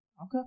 Okay